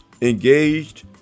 engaged